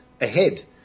ahead